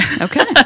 Okay